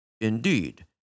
Indeed